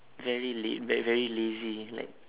very laid-back very lazy like